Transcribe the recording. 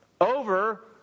over